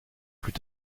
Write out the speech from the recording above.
plus